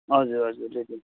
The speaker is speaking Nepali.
हजुर हजुर त्यही त